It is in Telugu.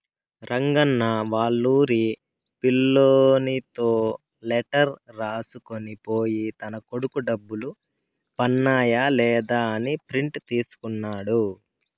రంగన్న వాళ్లూరి పిల్లోనితో లెటర్ రాసుకొని పోయి తన కొడుకు డబ్బులు పన్నాయ లేదా అని ప్రింట్ తీసుకున్నాడు